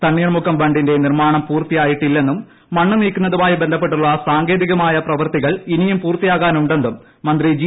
തണ്ണീർമുക്കം ബണ്ടിന്റെ നിർമ്മാണം പൂർത്തിയാ യിട്ടില്ലെന്നും മണ്ണ് നീക്കുന്നതുമായി ബന്ധപ്പെട്ടുള്ള സാങ്കേതികമായ പ്രവർത്തികൾ ഇനിയും പൂർത്തിയാകാനുണ്ടെന്നും മന്ത്രി ജി